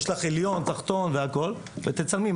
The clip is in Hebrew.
ויש לך עליון, תחתון, והכול, ותצלמי.